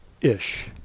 ish